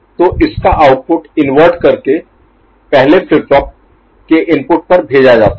तो इसका output invert करके पहले फ्लिप फ्लॉप के इनपुट पर भेजा जाता है